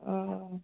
हय